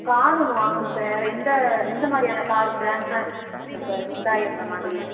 car ஒன்று வாங்கணும் sir எந்த எந்த மாதிரியான கார் பிராண்ட்ஸ்லாம் இருக்குது சார் ஹுண்டாய் அந்த மாதிரி